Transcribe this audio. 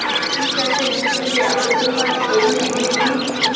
ফুল চাষে ঋণ পেতে আবেদন করার পদ্ধতিগুলি কী?